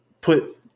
put